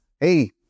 hey